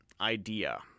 idea